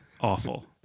Awful